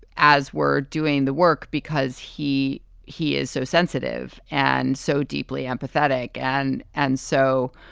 as were doing the work, because he he is so sensitive and so deeply empathetic. and and so,